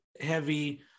heavy